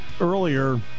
earlier